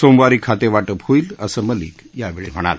सोमवारी खातेवा पे होईल असं मलिक यावेळी म्हणाले